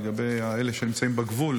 לגבי אלה שנמצאים בגבול,